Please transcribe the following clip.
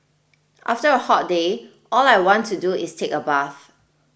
after a hot day all I want to do is take a bath